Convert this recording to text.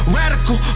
radical